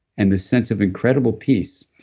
and this sense of incredible peace.